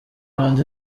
hanze